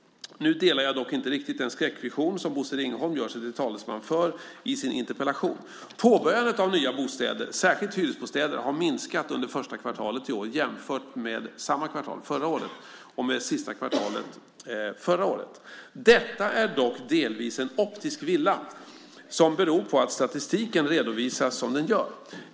Nu delar jag dock inte riktigt den skräckvision som Bosse Ringholm gör sig till talesman för i sin interpellation. Påbörjandet av nya bostäder, särskilt hyresbostäder, har minskat under första kvartalet i år jämfört med samma kvartal förra året och med det sista kvartalet förra året. Detta är dock delvis en optisk villa som beror på att statistiken redovisas som den gör.